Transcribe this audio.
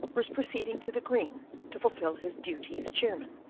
was proceeding to the green to fulfil his duty as chairman.